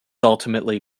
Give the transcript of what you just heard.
ultimately